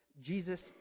Jesus